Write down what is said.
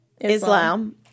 islam